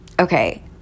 okay